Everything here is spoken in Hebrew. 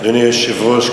אדוני היושב-ראש,